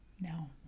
No